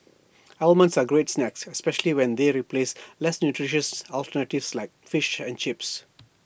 almonds are A great snack especially when they replace less nutritious alternatives like fish and chips